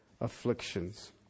afflictions